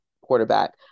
quarterback